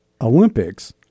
Olympics